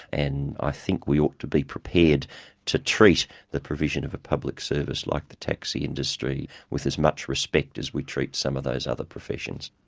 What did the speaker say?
and i think we ought to be prepared to treat the provision of a public service like the taxi industry with as much respect as we treat some of those other professions.